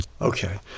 Okay